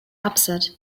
upset